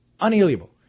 Unalienable